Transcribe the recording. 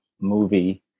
movie